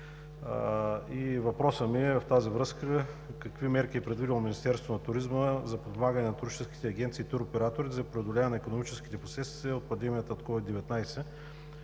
Въпросът ми в тази връзка е: какви мерки е предвидило Министерството на туризма за подпомагане на туристическите агенции и туроператори и за преодоляване на икономическите последствия от пандемията от COVID-19?